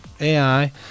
AI